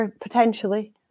potentially